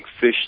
fish